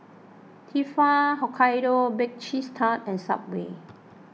Tefal Hokkaido Baked Cheese Tart and Subway